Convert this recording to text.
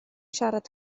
siarad